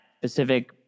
specific